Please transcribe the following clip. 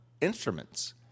instruments